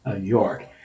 york